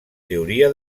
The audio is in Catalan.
teoria